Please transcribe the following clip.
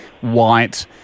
white